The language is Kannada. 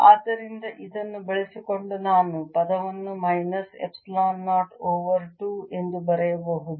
ಆದ್ದರಿಂದ ಇದನ್ನು ಬಳಸಿಕೊಂಡು ನಾನು ಪದವನ್ನು ಮೈನಸ್ ಎಪ್ಸಿಲಾನ್ 0 ಓವರ್ 2 ಎಂದು ಬರೆಯಬಹುದು